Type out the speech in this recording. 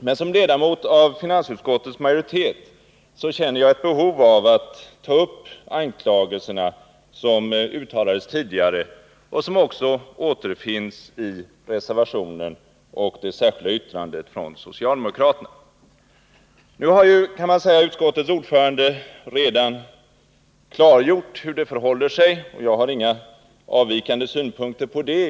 Men som ledamot av finansutskottets majoritet känner jag ett behov av att ta upp de anklagelser som uttalades tidigare och som också återfinns i reservationen och det särskilda yttrandet från socialdemokraterna. Nu kan man ju säga att utskottets ordförande redan har klargjort hur det förhåller sig, och jag har inga avvikande synpunkter på det.